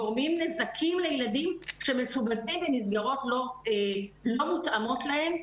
גורמים נזקים לילדים שמשובצים במסגרות לא מותאמות להם.